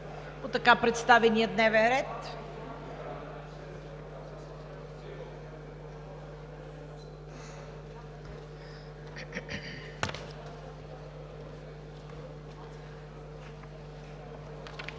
така представения дневен ред.